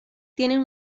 tienen